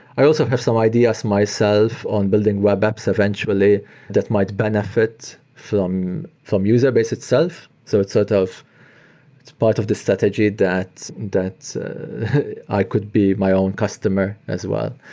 i also have some ideas myself on building web apps eventually that might benefit from from userbase itself. so it's sort of it's part of the strategy that that i could be my own customer as well.